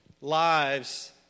lives